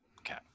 Okay